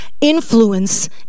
influence